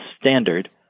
standard